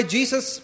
Jesus